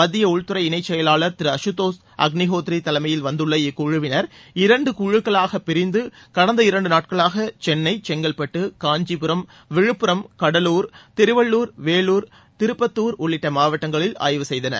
மத்திய உள்துறை இணைச் செயலாளர் திரு அகதோஷ் அக்னிஹோத்ரி தலைமையில் வந்துள்ள இக்குழுவினர் இரண்டு குழுக்களாகப் பிரிந்து கடந்த இரண்டு நாட்களாக சென்னை செங்கல்பட்டு காஞ்சிபுரம் விழுப்புரம் கடலூர் திருவள்ளுர் வேலூர் திருப்பத்தூர் உள்ளிட்ட மாவட்டங்களில் ஆய்வு செய்தனர்